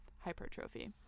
hypertrophy